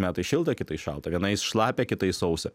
metai šilta kitais šalta vienais šlapia kitais sausa